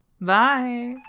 Bye